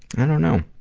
i don't know.